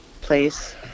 place